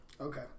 Okay